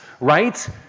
right